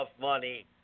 money